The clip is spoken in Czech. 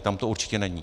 Tam to určitě není.